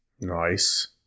nice